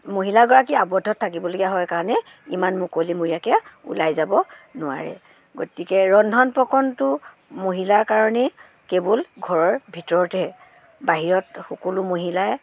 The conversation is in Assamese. মহিলাগৰাকী আৱদ্ধত থাকিবলগীয়া হয় কাৰণে ইমান মুকলিমূৰীয়াকৈ ওলাই যাব নোৱাৰে গতিকে ৰন্ধন প্ৰকৰণটো মহিলাৰ কাৰণে কেৱল ঘৰৰ ভিতৰতহে বাহিৰত সকলো মহিলাই